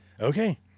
Okay